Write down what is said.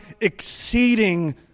exceeding